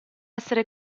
essere